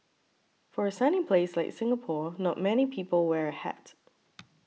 for a sunny place like Singapore not many people wear a hat